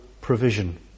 provision